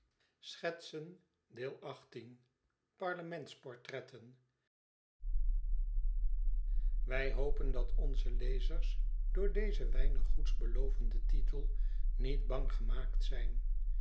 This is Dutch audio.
wij hopen dat onze lezers door dezen weinig goeds belovenden titel niet bang gemaakt zijn